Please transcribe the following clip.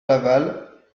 laval